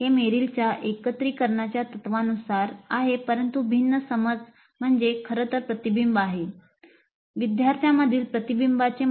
हे मेरिलच्या एकत्रीकरणाच्या तत्त्वानुसार आहे परंतु भिन्न समज म्हणजे खरंतर प्रतिबिंब आहे